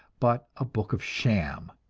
but a book of sham.